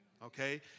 Okay